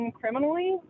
criminally